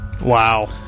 Wow